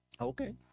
Okay